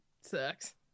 Sucks